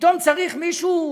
פתאום צריך מישהו,